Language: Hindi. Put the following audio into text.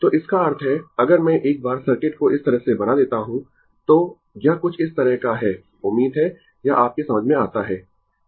तो इसका अर्थ है अगर मैं एक बार सर्किट को इस तरह से बना देता हूं तो यह कुछ इस तरह का है उम्मीद है यह आपके समझ में आता है